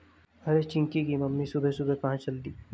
अरे चिंकी की मम्मी सुबह सुबह कहां चल दी?